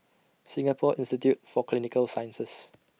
Singapore Institute For Clinical Sciences